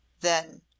Then